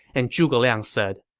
and zhuge liang said,